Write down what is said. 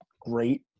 great